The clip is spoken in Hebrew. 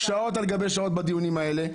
והייתי בקדנציה הקודמת שעות על גבי שעות בדיונים האלה.